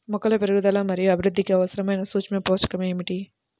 మొక్కల పెరుగుదల మరియు అభివృద్ధికి అవసరమైన సూక్ష్మ పోషకం ఏమిటి?